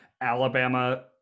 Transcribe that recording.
Alabama